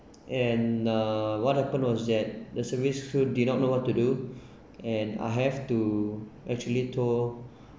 and uh what happened was that the service crew did not know what to do and I have to actually told